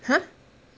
!huh!